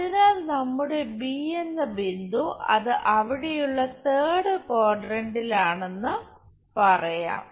അതിനാൽ നമ്മുടെ ബി എന്ന ബിന്ദു അത് അവിടെയുള്ള തേർഡ് ക്വാഡ്രന്റിലാണെന്ന് പറയാം